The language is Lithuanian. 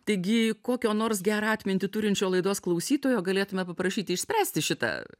taigi kokio nors gerą atmintį turinčio laidos klausytojo galėtume paprašyti išspręsti šitą